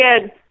good